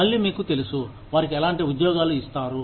మళ్ళీ మీకు తెలుసు వారికి ఎలాంటి ఉద్యోగాలు ఇస్తారు